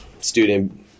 student